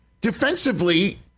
Defensively